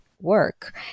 work